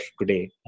today